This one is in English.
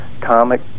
comic